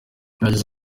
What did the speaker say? yagize